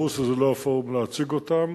ברור שזה לא הפורום להציג אותם.